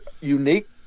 unique